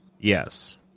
Yes